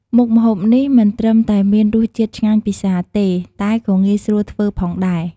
មុខម្ហូបនេះមិនត្រឹមតែមានរសជាតិឆ្ងាញ់ពិសាទេ តែក៏ងាយស្រួលធ្វើផងដែរ។